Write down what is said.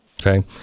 Okay